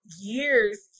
years